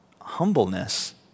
humbleness